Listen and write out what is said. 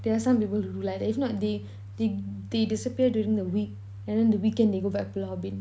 there are some people who like that if not they they they disappear during the week and the weekend they go back pulau ubin